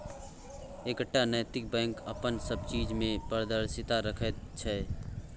एकटा नैतिक बैंक अपन सब चीज मे पारदर्शिता राखैत छै